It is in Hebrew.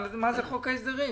מה זה "חוק ההסדרים"?